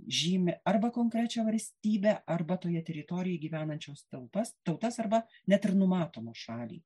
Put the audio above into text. žymi arba konkrečią valstybę arba toje teritorijoje gyvenančios tautas tautas arba net ir numatomą šalį